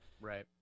Right